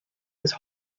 his